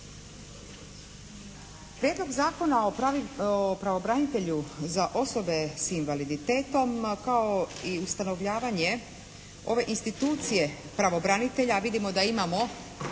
Prijedlog Zakona o pravobranitelju za osobe s invaliditetom kao i ustanovljavanje ove institucije pravobranitelja, a vidimo da imamo